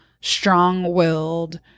strong-willed